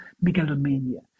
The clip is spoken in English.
megalomania